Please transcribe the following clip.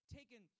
taken